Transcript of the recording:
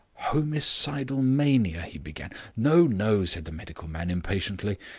homicidal mania he began. no, no, said the medical man impatiently.